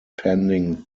pending